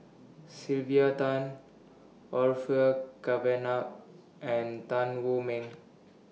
Sylvia Tan Orfeur Cavenagh and Tan Wu Meng